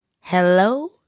Hello